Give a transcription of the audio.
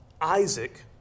Isaac